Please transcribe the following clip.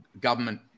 government